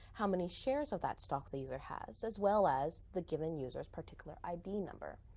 how many shares of that stock the user has, as well as the given user's particular id number.